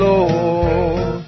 Lord